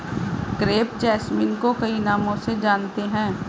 crepe jasmine को कई नामों से जानते हैं